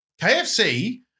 KFC